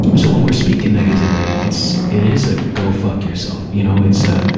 so when we're speaking negatively, it's, it is a go fuck yourself. you know, it's, ah,